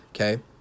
okay